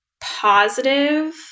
positive